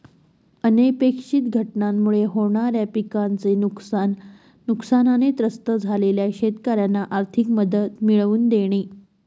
अनपेक्षित घटनांमुळे होणाऱ्या पिकाचे नुकसान, नुकसानाने त्रस्त झालेल्या शेतकऱ्यांना आर्थिक मदत मिळवून देणे